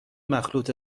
مخلوط